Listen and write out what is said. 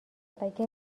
اگر